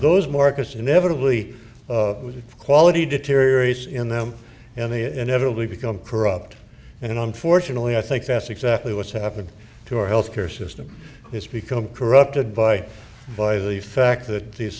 those markets inevitably with quality deteriorates in them and they inevitably become corrupt and unfortunately i think that's exactly what's happened to our health care system has become corrupted by by the fact that the se